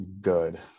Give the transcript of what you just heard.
good